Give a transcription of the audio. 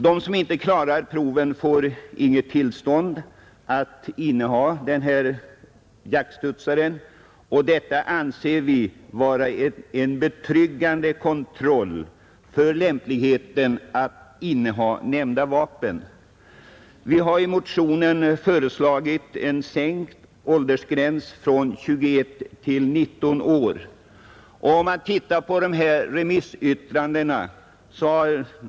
De som inte klarar provet får inte något tillstånd att inneha jaktstudsare, och detta anser vi vara en betryggande kontroll av lämpligheten att inneha nämnda vapen. Vi har i motionen föreslagit att åldersgränsen sänks från 21 till 19 år. Man kan se på remissyttrandena.